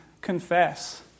confess